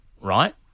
right